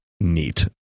neat